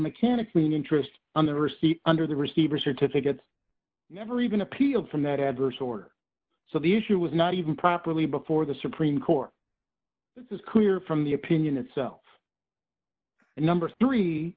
mechanics mean interest on the receipt under the receiver certificates never even appealed from that adverse order so the issue was not even properly before the supreme court this is clear from the opinion itself and number three